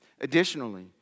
Additionally